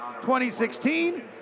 2016